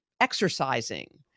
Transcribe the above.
exercising